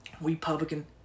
Republican